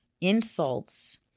insults